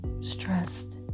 stressed